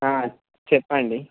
చెప్పండి